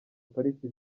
pariki